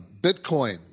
Bitcoin